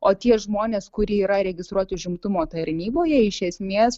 o tie žmonės kurie yra registruoti užimtumo tarnyboje iš esmės